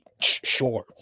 Sure